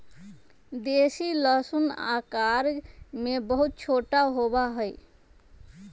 देसी लहसुन आकार में बहुत छोटा होबा हई